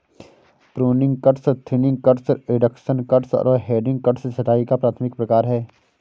pruning cuts, thinning cuts, reduction cuts और heading cuts छंटाई का प्राथमिक प्रकार हैं